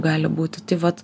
gali būti tai vat